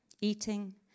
eating